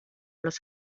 los